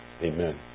amen